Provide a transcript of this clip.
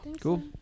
cool